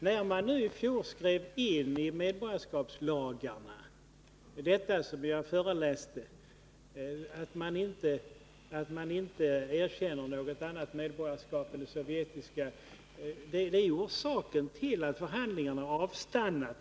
Att man i fjol skrev in i medborgarskapslagarna vad jag nyss läste upp — att man inte erkänner något annat medborgarskap än det sovjetiska — är ju orsaken till att förhandlingarna har avstannat.